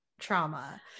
trauma